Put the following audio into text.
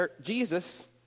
Jesus